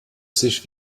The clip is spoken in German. sich